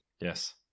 yes